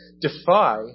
defy